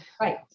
Right